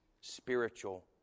spiritual